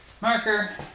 Marker